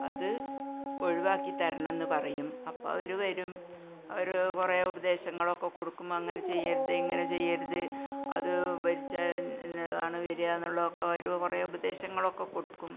അത് ഒഴിക്കിത്തരണം എന്ന് പറയും അപ്പം അവർ വരും അവർ കുറേ ഉപദേശങ്ങളൊക്കെ കൊടുക്കും അങ്ങനെ ചെയ്യരുത് ഇങ്ങനെ ചെയ്യരുത് അത് വരിച്ചാല് ഇന്നതാണ് വരിക എന്നുള്ളതൊക്കെ വരിക കുറേ ഉപദേശങ്ങളൊക്കൊ കൊടുക്കും